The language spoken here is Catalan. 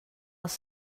els